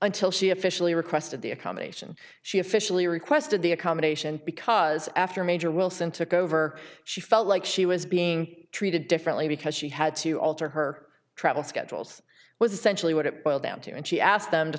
until she officially requested the accommodation she officially requested the accommodation because after major wilson took over she felt like she was being treated differently because she had to alter her travel schedules was essentially what it boils down to and she asked them to